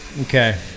okay